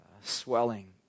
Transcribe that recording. swelling